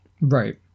Right